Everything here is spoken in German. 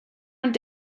und